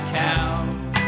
cow